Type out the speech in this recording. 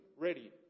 ready